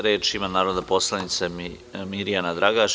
Reč ima narodna poslanica Mirjana Dragaš.